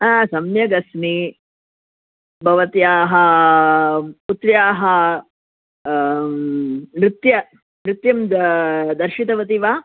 हा सम्यगस्मि भवत्याः पुत्र्याः नृत्यं नृत्यं दा दर्शितवती वा